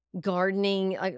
gardening